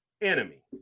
enemy